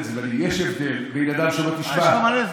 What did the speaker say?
יש הבדל בין אדם שאומרים לו: תשמע, יש לך מלא זמן.